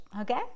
okay